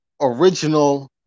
original